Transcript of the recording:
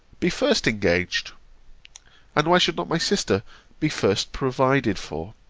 be first engaged and why should not my sister be first provided for?